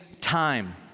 time